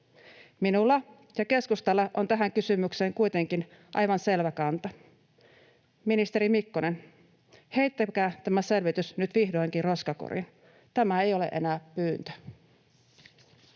Minulla ja keskustalla on tähän kysymykseen kuitenkin aivan selvä kanta: Ministeri Mikkonen, heittäkää tämä selvitys nyt vihdoinkin roskakoriin. Tämä ei ole enää pyyntö.